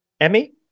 Emmy